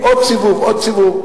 כספים, עוד סיבוב, עוד סיבוב.